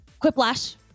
Quiplash